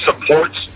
supports